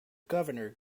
governor